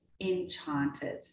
enchanted